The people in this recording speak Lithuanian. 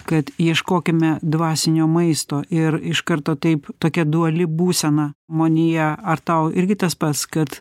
kad ieškokime dvasinio maisto ir iš karto taip tokia duali būsena manyje ar tau irgi tas pats kad